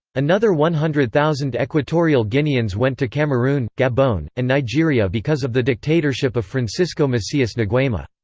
another one hundred thousand equatorial guineans went to cameroon, gabon, and nigeria because of the dictatorship of francisco macias nguema.